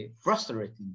frustrating